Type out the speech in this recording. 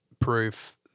proof